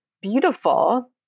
beautiful